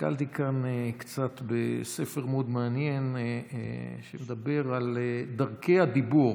הסתכלתי כאן קצת בספר מאוד מעניין שמדבר על דרכי הדיבור.